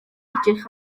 edrych